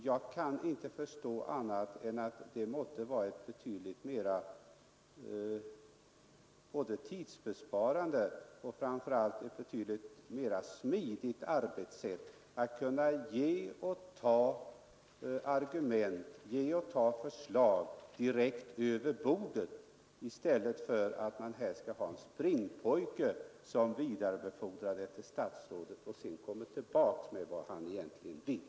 Jag kan inte förstå annat än att det måste vara ett betydligt mera tidsbesparande och framför allt ett betydligt mera smidigt arbetssätt att kunna ge och ta argument, att kunna ge och ta förslag direkt över bordet i stället för att man här skall ha en springpojke som vidarebefordrar förslagen till statsrådet och sedan kommer tillbaka med uppgift om vad statsrådet egentligen vill.